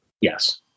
Yes